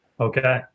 Okay